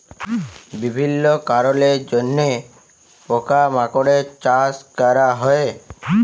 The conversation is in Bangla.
বিভিল্য কারলের জন্হে পকা মাকড়ের চাস ক্যরা হ্যয়ে